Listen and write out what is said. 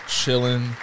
chilling